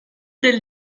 del